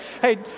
hey